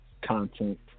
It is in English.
content